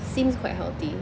seems quite healthy